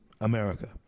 America